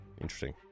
Interesting